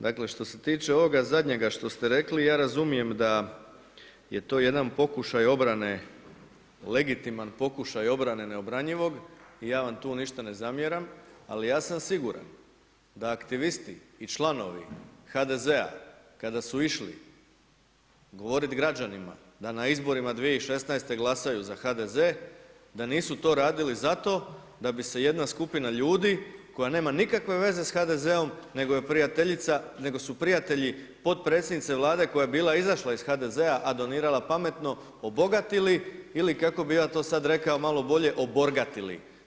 Dakle, što se tiče ovoga zadnjega što ste rekli, ja razumijem da je to jedan pokušaj obrane, legitiman pokušaj obrane neobranjivog i ja vam tu ništa ne zamjeram, ali ja sam siguran da aktivisti i članovi HDZ-a kada su išli govoriti građanima da na izborima 2016. glasaju za HDZ, da nisu to radili zato da bi se jedna skupina ljudi koja nema nikakve veze s HDZ-om nego su prijatelji potpredsjednice Vlade koja je bila izašla iz HDZ-a, a donirala pametno obogatili ili kako bi ja to sad rekao malo bolje, „oborgatili“